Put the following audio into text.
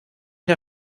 der